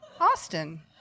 Austin